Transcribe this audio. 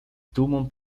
dumą